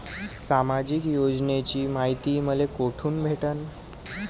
सामाजिक योजनेची मायती मले कोठून भेटनं?